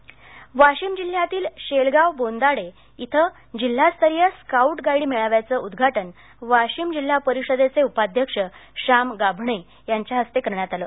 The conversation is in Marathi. मेळावा वाशीम वाशिम जिल्ह्यातील शेलगाव बोदांडे इथं जिल्हास्तरीय स्काउट गाईड मेळाव्याचं उद्घाटन वाशिम जिल्हा परिषदेचे उपाध्यक्ष श्याम गाभणे यांच्या हस्ते करण्यात आलं